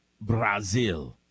Brazil